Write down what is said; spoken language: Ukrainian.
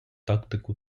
тактику